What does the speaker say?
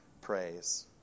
praise